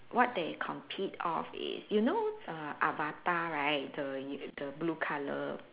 what they compete of is you know err avatar right the you the blue colour